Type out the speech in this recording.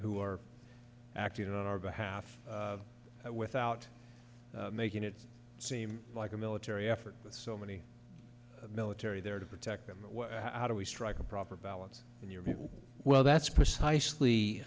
who are acting on our behalf without making it seem like a military effort with so many military there to protect them how do we strike a proper balance well that's precisely